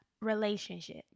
relationship